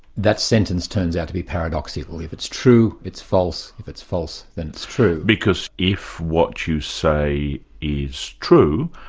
that sentence turns out to be paradoxical. if it's true, it's false, if it's false, then it's true. because if what you say is true,